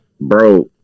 Bro